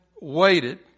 waited